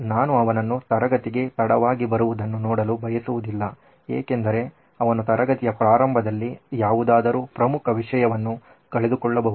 ನಾನು ಅವನನ್ನು ತರಗತಿಗೆ ತಡವಾಗಿ ಬರುವುದನ್ನು ನೋಡಲು ಬಯಸುವುದಿಲ್ಲ ಏಕೆಂದರೆ ಅವನು ತರಗತಿಯ ಪ್ರಾರಂಭದಲ್ಲಿ ಯಾವುದಾದರೂ ಪ್ರಮುಖ ವಿಷಯವನ್ನು ಕಳೆದುಕೊಳ್ಳಬಹುದು